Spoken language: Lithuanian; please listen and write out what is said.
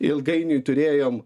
ilgainiui turėjom